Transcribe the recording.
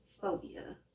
phobia